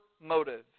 motive